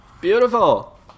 Beautiful